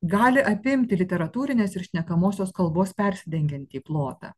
gali apimti literatūrinės ir šnekamosios kalbos persidengiantį plotą